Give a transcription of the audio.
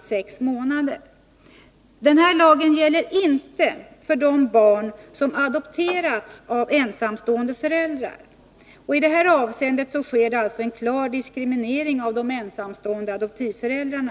sex månader i landet. Men denna lag gäller inte för de barn som adopterats av ensamstående föräldrar. I detta avseende sker alltså en klar diskriminering av ensamstående adoptivföräldrar.